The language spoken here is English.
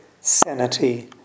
sanity